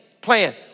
plan